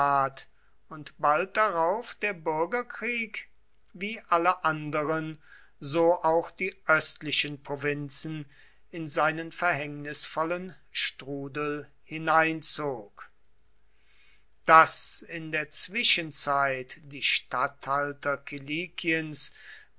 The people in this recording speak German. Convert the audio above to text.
und bald darauf der bürgerkrieg wie alle anderen so auch die östlichen provinzen in seinen verhängnisvollen strudel hineinzog daß in der zwischenzeit die statthalter